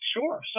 Sure